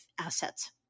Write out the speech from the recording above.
assets